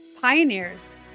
pioneers